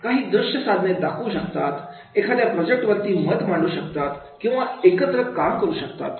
काही दृश्य साधने दाखवू शकतात एखाद्या प्रोजेक्ट वरती मत मांडू शकतात किंवा एकत्र काम करू शकतात